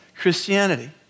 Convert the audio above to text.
Christianity